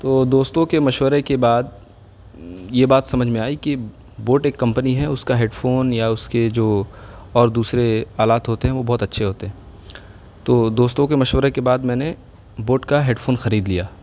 تو دوستوں کے مشورے کے بعد یہ بات سمجھ میں آئی کہ بوٹ ایک کمپنی ہے اس کا ہیڈ فون یا اس کے جو اور دوسرے آلات ہوتے ہیں وہ بہت اچھے ہوتے ہیں تو دوستوں کے مشورے کے بعد میں نے بوٹ کا ہیڈ فون خرید لیا